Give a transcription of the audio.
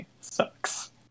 sucks